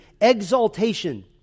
exaltation